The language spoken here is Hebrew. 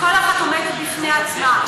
כל אחת עומדת בפני עצמה.